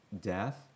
death